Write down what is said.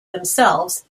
themselves